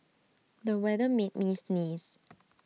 the weather made me sneeze